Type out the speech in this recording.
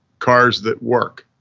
cars that work.